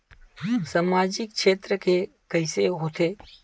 सामजिक क्षेत्र के कइसे होथे?